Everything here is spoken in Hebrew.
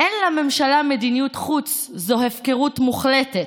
אין לממשלה מדיניות חוץ, זו הפקרות מוחלטת,